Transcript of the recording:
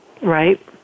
Right